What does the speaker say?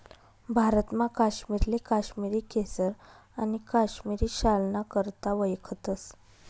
भारतमा काश्मीरले काश्मिरी केसर आणि काश्मिरी शालना करता वयखतस